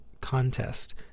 contest